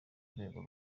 rwego